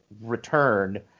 return